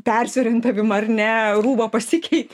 persiorientavimą ar ne rūbą pasikeit